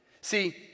See